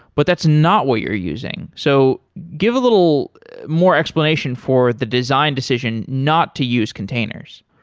but that's not what you're using. so give a little more explanation for the design decision not to use containers.